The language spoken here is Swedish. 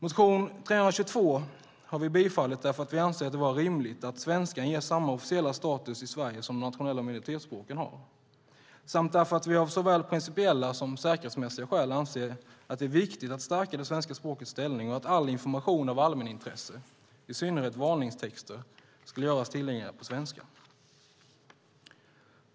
Motion 322 har vi bifallit därför att vi anser det vara rimligt att svenskan ges samma officiella status i Sverige som de nationella minoritetsspråken har samt därför att vi av såväl principiella som säkerhetsmässiga skäl anser det är viktigt att stärka det svenska språkets ställning och att all information av allmänintresse, i synnerhet varningstexter, ska göras tillgängliga på svenska.